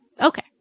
Okay